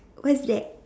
what's that